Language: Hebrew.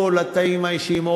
או לתאים האישיים,